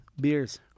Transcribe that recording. beers